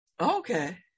Okay